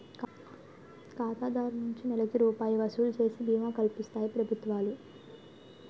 ఖాతాదారు నుంచి నెలకి రూపాయి వసూలు చేసి బీమా కల్పిస్తాయి ప్రభుత్వాలు